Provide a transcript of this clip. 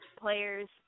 players –